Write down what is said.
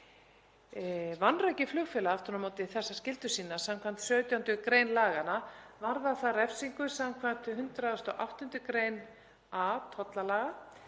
Vanræki flugfélag aftur á móti þessar skyldur sínar samkvæmt 17. gr. laganna varðar það refsingu samkvæmt 108. gr. a tollalaga